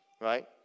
right